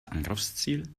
angriffsziel